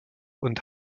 und